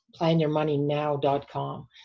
PlanyourMoneyNow.com